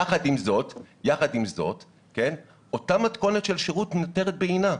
יחד עם זאת, אותה מתכונת של שירות נותרת בעינה.